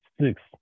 Six